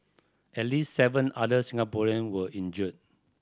at least seven other Singaporean were injured